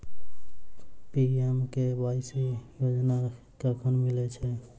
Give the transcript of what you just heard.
PMKMY योजना कखन मिलय छै?